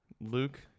Luke